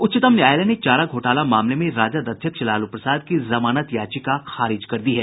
उच्चतम न्यायालय ने चारा घोटाला मामले में राजद अध्यक्ष लालू प्रसाद की जमानत याचिका खारिज कर दी है